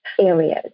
areas